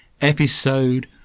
episode